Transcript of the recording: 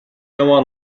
яваа